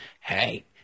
hey